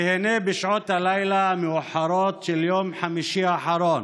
והינה, בשעות הלילה המאוחרות של יום חמישי האחרון